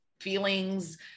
feelings